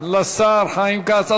תודה לשר חיים כץ.